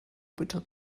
bitte